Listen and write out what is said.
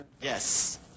Yes